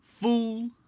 fool